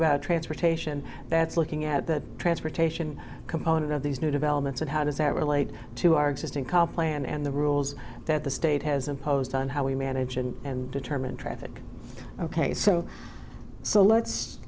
about transportation that's looking at the transportation component of these new developments and how does that relate to our existing call plan and the rules that the state has imposed on how we manage and determine traffic ok so so let's